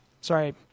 Sorry